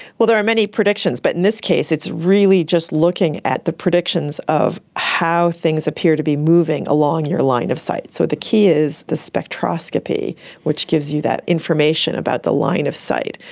well, there are many predictions but in this case it's really just looking at the predictions of how things appear to be moving along your line of sight. so the key is the spectroscopy which gives you that information about the line of sight.